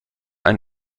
ein